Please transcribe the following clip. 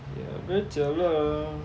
!aiya! very jialat ah